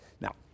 Now